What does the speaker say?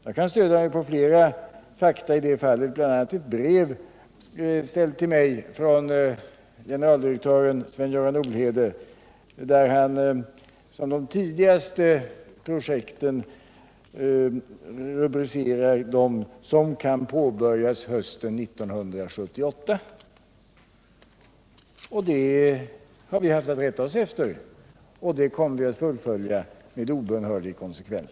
Jag kan stödja mig på flera fakta, bl.a. ett brev till mig från generaldirektören Sven-Göran Olhede, där han nämner att de tidigaste projekten kan påbörjas hösten 1978. Det är vad vi har haft att rätta oss efter, och vi kommer att fullfölja arbetet med obönhörlig konsekvens.